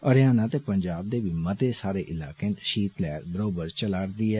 हरयाणा ते पंजााब दे बी मते सारे इलाकें च षीत लैहर बरोबर चलैरदी ऐ